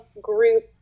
group